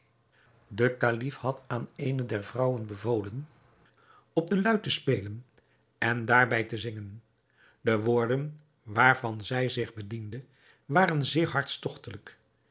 de kalif had aan eene der vrouwen bevolen op de luit te spelen en daarbij te zingen de woorden waarvan zij zich bediende waren zeer hartstogtelijk